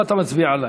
למה אתה מצביע עלי?